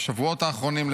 בשבועות האחרונים,